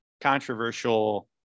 controversial